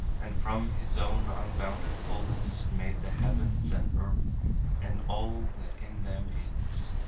and from his own unbounded fullness made the heavens and earth and all that in them is.